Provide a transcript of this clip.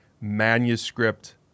manuscript